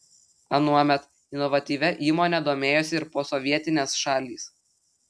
anuomet inovatyvia įmone domėjosi ir posovietinės šalys